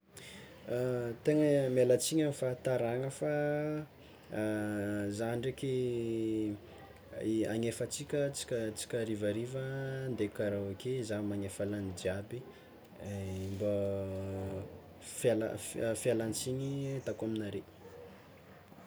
Tegna miala tsigny amy fahatarana fa zah ndraiky hagnefa tsika tsika tsika harivariva ande karaoke zah magnefa lany jiaby mbô fial- fialan-tsiny ataoko aminareo.